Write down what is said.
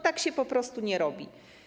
Tak się po prostu nie robi.